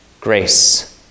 Grace